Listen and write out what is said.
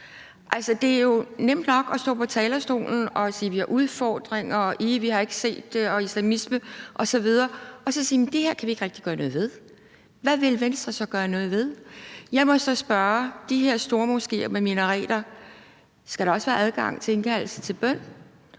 det er jo nemt nok at stå på talerstolen og sige, at vi har udfordringer, og at vi ikke har set det sidste og islamisme osv. Og så siger man: Jamen det her kan vi ikke rigtig gøre noget ved. Hvad vil Venstre så gøre noget ved? Lad mig så spørge i forhold til de her stormoskéer med minareter. Skal der også være adgang til indkaldelse til bøn?